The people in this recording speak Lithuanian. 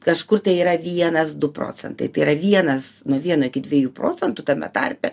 kažkur tai yra vienas du procentai tai yra vienas nu vieno iki dviejų procentų tame tarpe